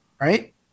right